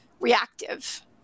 reactive